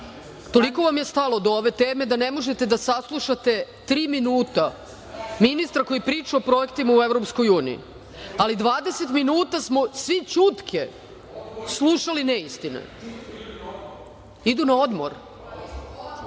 Toliko vam je stalo do ove teme da ne možete da saslušate tri minuta ministra koji priča o projektima u EU. Dvadeset minuta smo svi ćutke slušali neistine. Idu na odbor.